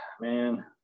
Man